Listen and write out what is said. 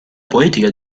poetica